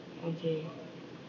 okay